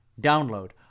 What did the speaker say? Download